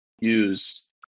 use